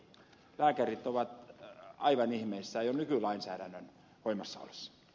lääkärit ovat aivan ihmeissään jo nykylainsäädännön voimassa ollessa